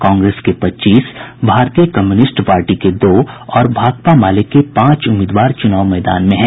कांग्रेस के पच्चीस भारतीय कम्युनिस्ट पार्टी के दो और भाकपा माले के पांच उम्मीदवार चुनाव मैदान में है